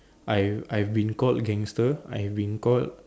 I I've been called gangster I've been called